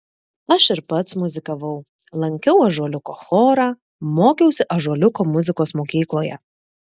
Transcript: aš ir pats muzikavau lankiau ąžuoliuko chorą mokiausi ąžuoliuko muzikos mokykloje